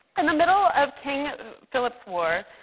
in the middle of king philip's war,